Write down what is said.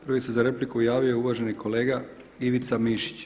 Prvi se za repliku javio uvaženi kolega Ivica Mišić.